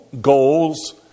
goals